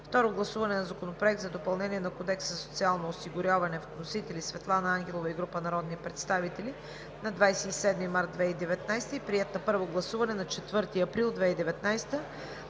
Второ гласуване на Законопроекта за допълнение на Кодекса за социално осигуряване, вносители: Светлана Ангелова и група народни представители на 27 март 2019 г., приет на първо гласуване на 4 април 2019